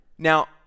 Now